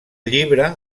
llibre